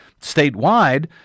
statewide